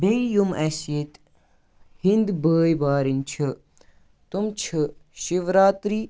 بیٚیہِ یِم اَسہِ ییٚتہِ ہیٚندۍ بٲۍ بارنۍ چھِ تِم چھِ شِوراتری